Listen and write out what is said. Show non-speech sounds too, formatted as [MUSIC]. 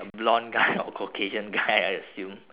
blonde guy [LAUGHS] or caucasian guy [LAUGHS] I assume